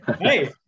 Hey